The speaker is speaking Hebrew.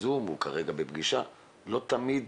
ברגע